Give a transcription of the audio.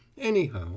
Anyhow